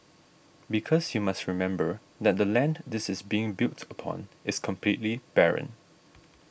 because you must remember that the land this is being built upon is completely barren